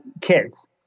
kids